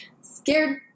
Scared